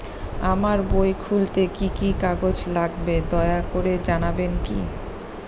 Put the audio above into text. আমার বই খুলতে কি কি কাগজ লাগবে দয়া করে জানাবেন কি?